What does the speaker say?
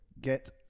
get